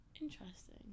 Interesting